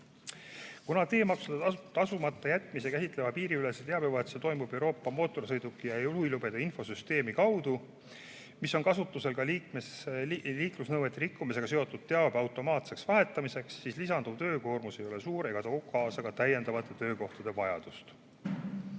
ole. Kuna teemaksude tasumata jätmist käsitlev piiriülene teabevahetus toimub Euroopa mootorsõidukite ja juhilubade infosüsteemi kaudu, mis on kasutusel ka liiklusnõuete rikkumisega seotud teabe automaatseks vahetamiseks, siis lisanduv töökoormus ei ole suur ega too kaasa ka täiendavate töökohtade vajadust.